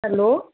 hello